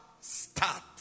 start